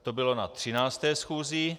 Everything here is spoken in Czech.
To bylo na 13. schůzi.